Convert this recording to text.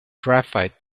graphite